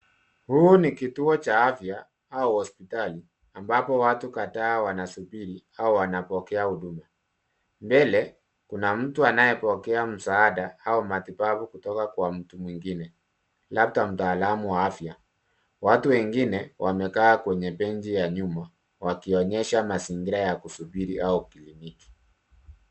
Hii ni kituocha afya au hospitali, ambapo watu kadhaa wana subirii au wana pokea uduma. Mbele, kuna mtu anae pokea msaada au matibabu kutoka kuwa mtu mwingine. Labda mtaalamu afya. Watu wengine wamekaa kwenye benji ya nyuma. Wakionyesha mazingira ya kusubiri au kiliniki.